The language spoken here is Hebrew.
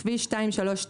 כביש 232,